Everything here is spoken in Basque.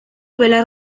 belar